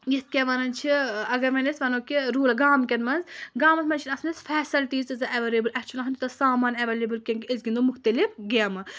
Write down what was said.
یِتھ کیاہ وَنان چھِ اَگر وۄنۍ أسۍ وَنو کہِ گامہٕ کین منٛز گامَن منٛز چھےٚ آسان اَسہِ فیسلٹی تیٖژہ ایٚولیبٕل اَسہِ چُھ نہٕ آسان تیوٗتاہ سامان ایٚولیبٕل کیٛنہہ کہِ أسۍ گنٛدو مُختلِف گیمہٕ